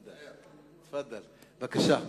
בבקשה.